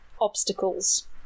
obstacles